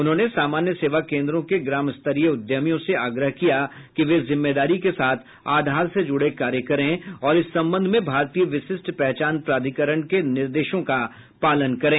उन्होंने सामान्य सेवा केंद्रों के ग्राम स्तरीय उद्यमियों से आग्रह किया कि वे जिम्मेदारी के साथ आधार से जुड़े कार्य करें और इस संबंध में भारतीय विशिष्ट पहचान प्राधिकरण के निर्देशों का पालन करें